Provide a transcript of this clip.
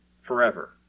forever